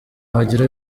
wagira